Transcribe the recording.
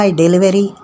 delivery